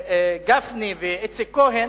וגפני, ואיציק כהן,